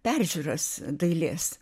peržiūras dailės